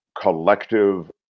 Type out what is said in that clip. collective